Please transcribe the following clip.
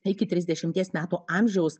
iki trisdešimties metų amžiaus